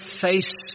face